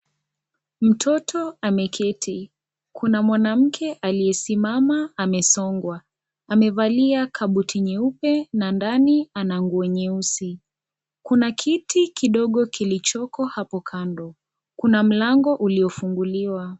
Mtoto ameketi. Kuna mwanamke aliyesimama amesongwa. Amevalia kabuti nyeupe na ndani ana nguo nyeusi. Kuna kiti kidogo kilichoko hapo kando. Kuna mlango uliofunguliwa.